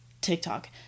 TikTok